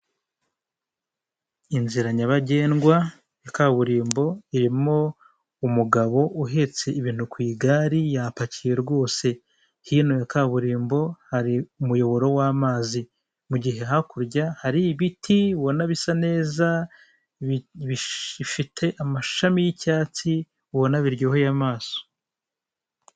Inzira nyabagendwa ya kaburimbo irimo umugabo uhetse ibintu ku igare yapakiye rwose, hino ya kaburimbo hari umuyoboro w'amazi, mugihe hakurya hari ibiti ubona bisa neza bifite amashami y'icyatsi ubona biryoheye amaso.